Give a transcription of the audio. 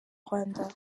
rwanda